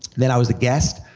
then i was a guest,